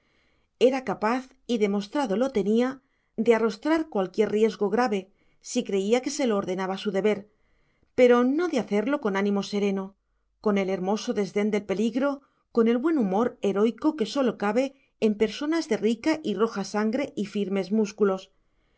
era capaz y demostrado lo tenía de arrostrar cualquier riesgo grave si creía que se lo ordenaba su deber pero no de hacerlo con ánimo sereno con el hermoso desdén del peligro con el buen humor heroico que sólo cabe en personas de rica y roja sangre y firmes músculos